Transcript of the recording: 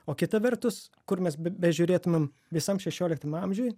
o kita vertus kur mes be bežiūrėtumėm visam šešioliktam amžiuj